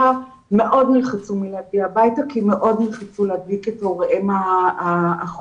מאוד נלחצו מלהגיע הביתה כי מאוד נלחצו להדביק את הוריהם החולים.